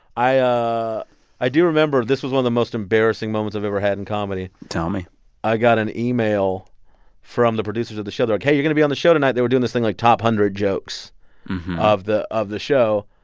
i ah ah i do remember this was one of the most embarrassing moments i've ever had in comedy tell me i got an email from the producers of the show. they're like, hey, you're going to be on the show tonight. they were doing this thing like, top hundred jokes of the of the show.